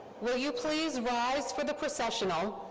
will you please rise for the processional,